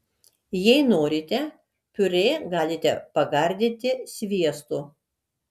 jei norite piurė galite pagardinti sviestu